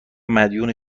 مدیون